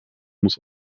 muss